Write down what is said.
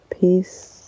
Peace